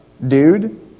Dude